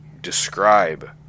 describe